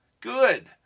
Good